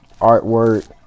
artwork